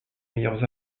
meilleurs